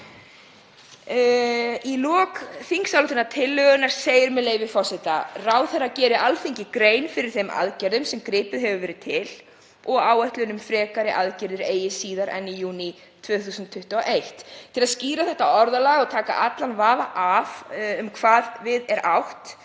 Í lok þingsályktunartillögunnar segir, með leyfi forseta: „Ráðherra geri Alþingi grein fyrir þeim aðgerðum sem gripið hefur verið til og áætlun um frekari aðgerðir eigi síðar en í júní 2021.“ Til að skýra þetta orðalag og taka allan vafa af um hvað við er átt